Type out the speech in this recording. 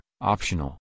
optional